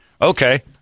Okay